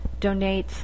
donates